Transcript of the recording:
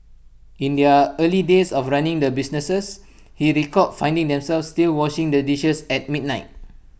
in their early days of running the businesses he recalled finding themselves still washing the dishes at midnight